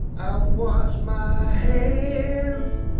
i wash my hands